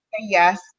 yes